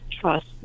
trust